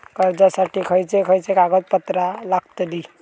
कर्जासाठी खयचे खयचे कागदपत्रा लागतली?